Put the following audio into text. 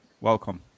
welcome